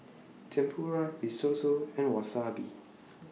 Tempura Risotto and Wasabi